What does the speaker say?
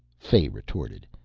fay retorted.